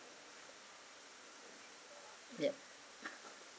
yup